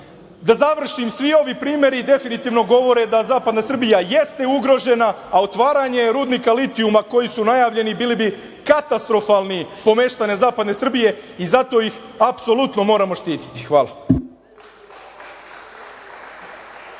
završim. Svi ovi primeri definitivno govore da zapadna Srbija jeste ugrožena, a otvaranje rudnika Litijuma, koji su najavljeni, bili bi katastrofalni po meštane zapadne Srbije i zato ih apsolutno moramo štititi. Hvala.